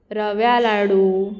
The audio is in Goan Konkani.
रव्या लाडू